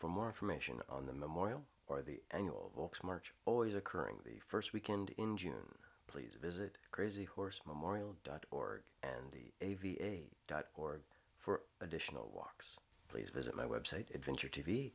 for more information on the memorial or the annual vokes march always occurring the first weekend in june please visit crazy horse memorial dot org and the a v eight dot org for additional walks please visit my website adventure t